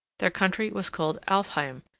their country was called alfheim,